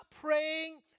praying